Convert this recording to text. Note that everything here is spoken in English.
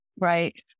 Right